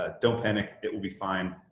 ah don't panic, it will be fine.